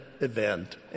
event